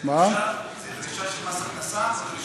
זאת דרישה של מס הכנסה או דרישה שלך?